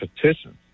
petitions